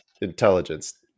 intelligence